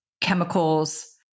chemicals